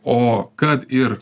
o kad ir